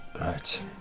right